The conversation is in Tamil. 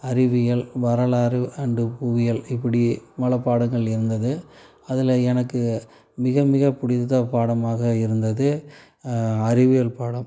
அறிவியல் வரலாறு அண்டு புவியியல் இப்படி பல பாடங்கள் இருந்தது அதில் எனக்கு மிக மிக பிடித்த பாடமாக இருந்தது அறிவியல் பாடம்